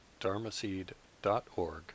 dharmaseed.org